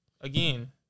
again